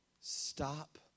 Stop